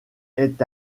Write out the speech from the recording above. est